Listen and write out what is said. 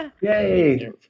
Yay